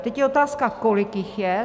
Teď je otázka, kolik jich je.